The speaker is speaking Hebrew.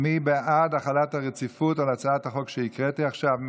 מי בעד החלת הרציפות על הצעת החוק שהקראתי עכשיו?